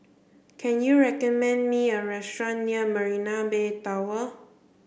can you recommend me a restaurant near Marina Bay Tower